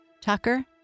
Tucker